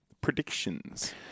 predictions